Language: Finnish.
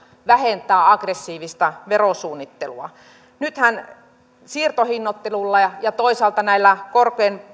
vähentää aggressiivista verosuunnittelua nythän siirtohinnoittelulla ja ja toisaalta korkojen